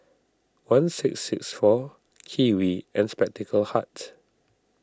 one six six four Kiwi and Spectacle Hut